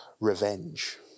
revenge